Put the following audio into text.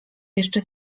jeszcze